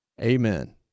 Amen